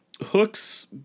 Hook's